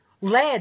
lead